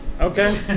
Okay